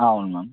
అవును మ్యామ్